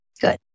Good